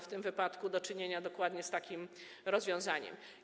W tym wypadku mamy do czynienia dokładnie z takim rozwiązaniem.